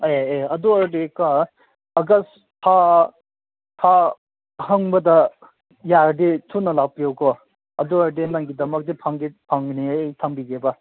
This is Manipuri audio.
ꯑꯦ ꯑꯦ ꯑꯗꯨ ꯑꯣꯏꯔꯗꯤꯀꯣ ꯑꯥꯒꯁ ꯊꯥ ꯊꯥ ꯍꯥꯡꯕꯗ ꯌꯥꯔꯗꯤ ꯊꯨꯅ ꯂꯥꯛꯄꯤꯌꯣꯀꯣ ꯑꯗꯨ ꯑꯣꯏꯔꯗꯤ ꯅꯪꯒꯤꯗꯃꯛꯇꯤ ꯐꯪꯒꯅꯤ ꯑꯩ ꯊꯝꯕꯤꯒꯦꯕ